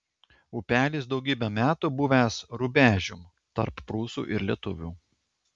upelis daugybę metų buvęs rubežium tarp prūsų ir lietuvių